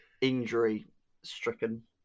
injury-stricken